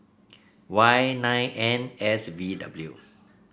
Y nine N S V W